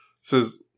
says